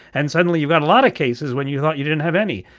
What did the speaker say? and suddenly you've got a lot of cases when you thought you didn't have any.